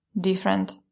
Different